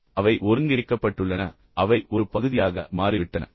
அவை ஒருங்கிணைக்கப்பட்டுள்ளன அவை ஒரு பகுதியாக மாறிவிட்டன